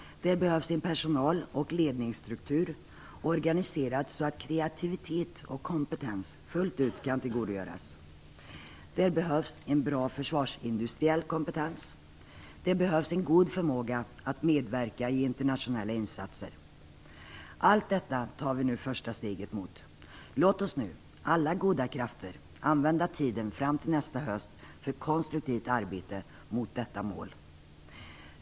Där behövs en personal och ledningsstruktur, organiserad så att kreativitet och kompetens fullt ut kan tillgodogöras. Där behövs en bra försvarsindustriell kompetens. Där behövs en god förmåga att medverka i internationella insatser. Allt detta tar vi nu första steget mot. Låt oss nu, alla goda krafter, använda tiden fram till nästa höst för konstruktivt arbete mot detta mål.